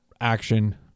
action